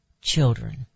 children